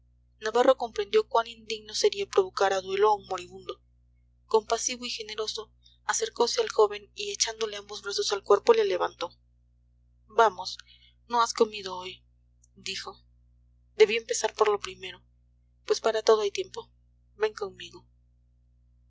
navarro comprendió cuán indigno sería provocar a duelo a un moribundo compasivo y generoso acercose al joven y echándole ambos brazos al cuerpo le levantó vamos no has comido hoy dijo debí empezar por lo primero pues para todo hay tiempo ven conmigo